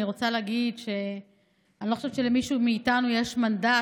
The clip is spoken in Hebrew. אני רוצה להגיד שאני לא חושבת שלמישהו מאיתנו יש מנדט